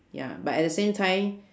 ya but at the same time